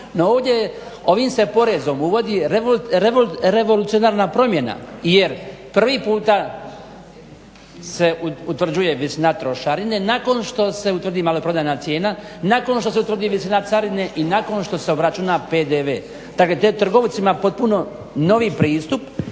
ovim se porezom uvodi revolucionarna promjena, jer prvi puta se utvrđuje većina trošarine nakon što se utvrdi maloprodajna cijena, nakon što se utvrdi visina carine i nakon što se obračuna PDV, dakle to je trgovcima potpuno novi pristup